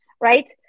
right